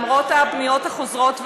למרות הפניות החוזרות והנשנות,